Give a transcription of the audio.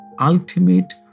ultimate